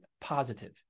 positive